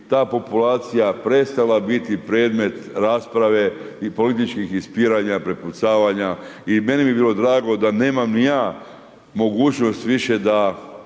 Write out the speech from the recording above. ta populacija prestala biti predmet rasprave i političkih ispirana, prepucavanja i meni bi bilo drago da nemam ni ja mogućnost više da